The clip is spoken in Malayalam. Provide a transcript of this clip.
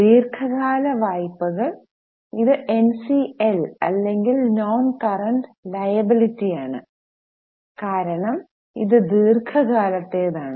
ദീർഘകാല വായ്പകൾ ഇത് എൻസിഎൽ അല്ലെങ്കിൽ നോൺ കറന്റ് ലിവബിലിറ്റിയാണ് കാരണം ഇത് ദീർഘകാലത്തേതാണ്